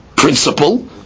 Principle